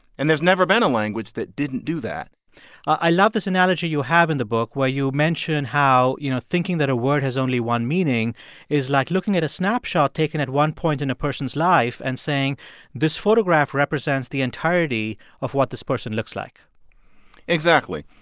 and there's never been a language that didn't do that i love this analogy you have in the book where you mention how, you know, thinking that a word has only one meaning is like looking at a snapshot taken at one point in a person's life and saying this photograph represents the entirety of what this person looks like exactly.